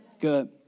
Good